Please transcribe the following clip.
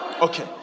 Okay